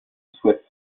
soit